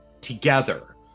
together